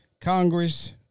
Congress